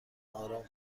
آرام